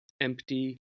empty